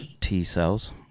T-cells